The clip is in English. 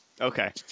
Okay